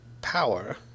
power